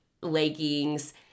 leggings